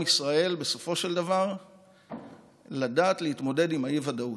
ישראל בסופו של דבר לדעת להתמודד עם אי-ודאות.